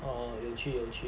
orh 有趣有趣